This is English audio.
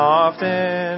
often